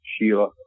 Sheila